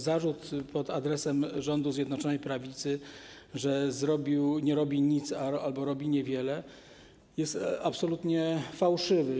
Zarzut pod adresem rządu Zjednoczonej Prawicy, że nie robi nic albo robi niewiele, jest absolutnie fałszywy.